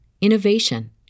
innovation